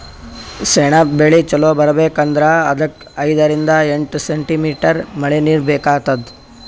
ಸೆಣಬ್ ಬೆಳಿ ಚಲೋ ಬರ್ಬೆಕ್ ಅಂದ್ರ ಅದಕ್ಕ್ ಐದರಿಂದ್ ಎಂಟ್ ಸೆಂಟಿಮೀಟರ್ ಮಳಿನೀರ್ ಬೇಕಾತದ್